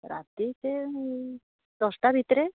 ରାତି ସେ ଦଶଟା ଭିତରେ